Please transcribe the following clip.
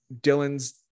Dylan's